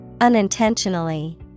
Unintentionally